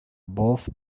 both